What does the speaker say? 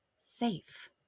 safe